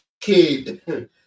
kid